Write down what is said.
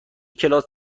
کلاس